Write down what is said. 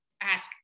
ask